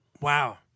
Wow